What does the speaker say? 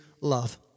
love